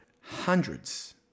Hundreds